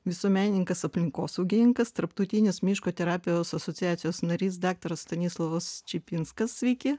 visuomenininkas aplinkosaugininkas tarptautinės miško terapijos asociacijos narys daktaras stanislovas čepinskas sveiki